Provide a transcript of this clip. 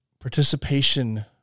participation